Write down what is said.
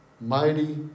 mighty